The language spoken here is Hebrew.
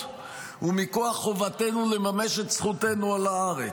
ומכוח חובתנו לממש את זכותנו על הארץ,